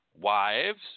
wives